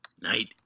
night